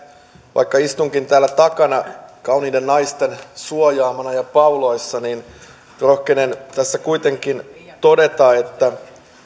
vaikka istunkin täällä takana kauniiden naisten suojaamana ja pauloissa niin rohkenen tässä kuitenkin todeta että